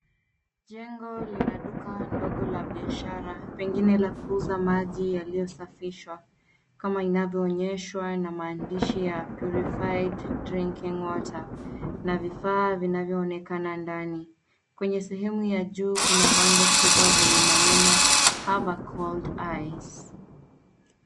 Jengo lina duka ndogo la biashara, pengine la kuuza maji yaliyosafishwa, kama inavyoonyeshwa na maandishi ya Purified Drinking Water na vifaa vinavyoonekana ndani. Kwenye sehemu ya juu kuna bango kubwa lenye maneno have a cold ice .